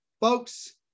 Folks